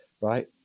right